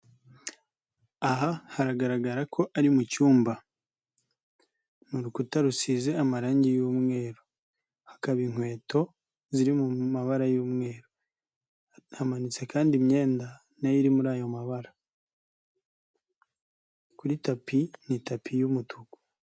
Aha haragaragara ko ari mu cyumba urukuta rusize amarangi y'umweru, hakaba inkweto ziri mu mabara y'umweru, hamanitse kandi imyenda nayo iri muri ayo mabara, kuri tapi n'itapi y'umutuku.